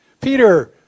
Peter